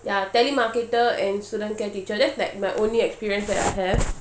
ya telemarketer and student care teacher that's like my only experience that I have